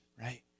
right